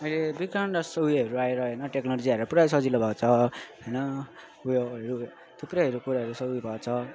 अहिले विकान्डस उयोहरू आएर होइन टेक्नोलोजी आएर पुरा सजिलो भएको छ होइन उयोहरू थुप्रैहरू कुराहरू उयो भएको छ